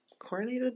Coronated